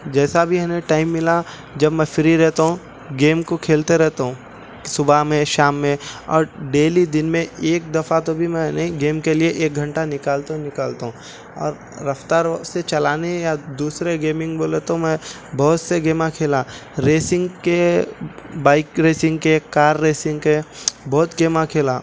جیسا بھی ہمیں ٹائم ملا جب میں فری رہتا ہوں گیم کو کھیلتے رہتا ہوں صبح میں شام میں اور ڈیلی دن میں ایک دفعہ تو بھی میں نے گیم کے لئے ایک گھنٹہ نکالتا نکالتا ہوں اور رفتاروں سے چلانے یا دوسرے گیمنگ بولے تو میں بہت سے گیما کھیلا ریسنگ کے بائک ریسنگ کے کار ریسنگ کے بہت گیما کھیلا